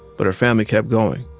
but her family kept going.